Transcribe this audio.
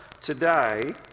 today